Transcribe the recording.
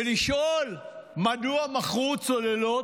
ולשאול מדוע מכרו צוללות,